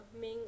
Ming